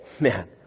man